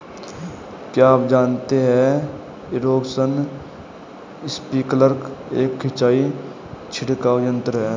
क्या आप जानते है इरीगेशन स्पिंकलर एक सिंचाई छिड़काव यंत्र है?